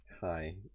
Hi